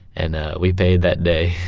and we paid that day